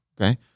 okay